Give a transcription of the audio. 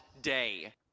day